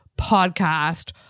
podcast